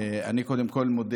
קודם כול, אני מודה